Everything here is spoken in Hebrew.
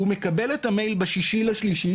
הוא מקבל את המייל ב-6 במרץ,